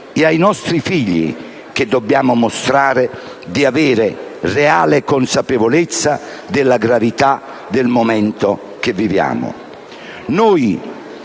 e ai nostri figli, che dobbiamo mostrare di avere reale consapevolezza della gravità del momento che viviamo. Noi,